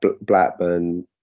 Blackburn